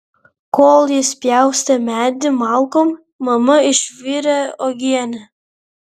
kol jis pjaustė medį malkom mama išvirė uogienę